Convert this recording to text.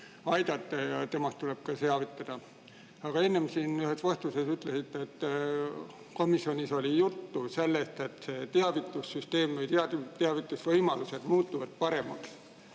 aidata ja temast tuleb ka teavitada. Aga enne siin ühes vastuses ütlesite, et komisjonis oli juttu sellest, et see teavitussüsteem või -võimalused muutuvad paremaks